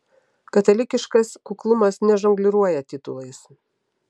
katalikiškas kuklumas nežongliruoja titulais